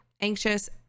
anxious